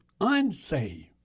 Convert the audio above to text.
unsaved